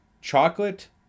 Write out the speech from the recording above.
Chocolate